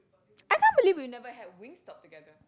I can't believe we never had Wing-Stop together